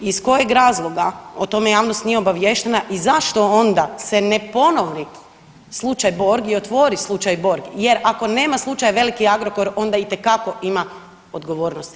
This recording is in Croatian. Iz kojeg razloga o tome javnost nije obaviještena i zašto onda se ne ponovi slučaj „Borg“ i otvori slučaj „Borg“, jer ako nema slučaja „Veliki Agrokor“, onda itekako ima odgovornosti Vlade.